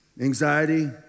Anxiety